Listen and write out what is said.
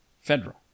federal